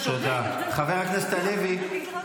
חברת הכנסת גוטליב, תודה.